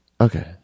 Okay